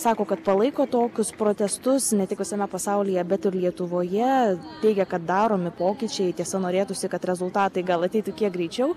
sako kad palaiko tokius protestus ne tik visame pasaulyje bet ir lietuvoje teigia kad daromi pokyčiai tiesa norėtųsi kad rezultatai gal ateitų kiek greičiau